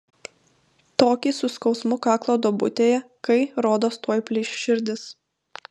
tokį su skausmu kaklo duobutėje kai rodos tuoj plyš širdis